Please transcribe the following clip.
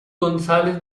gonzález